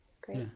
great